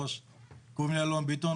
קוראים לי אלון ביטון,